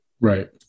right